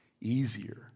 easier